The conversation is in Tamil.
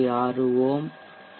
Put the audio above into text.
6 ஓம்ஸ்